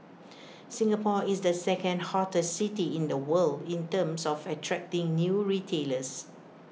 Singapore is the second hottest city in the world in terms of attracting new retailers